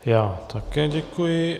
Já také děkuji.